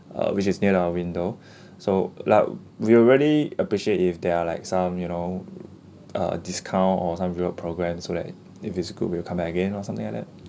uh which is near our window so lou~ we really appreciate if there are like some you know uh discount or some reward program so that if it's good we'll come back again or something like that